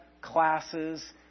classes